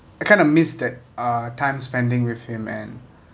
I kind of miss that uh time spending with him and